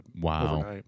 Wow